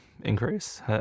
increase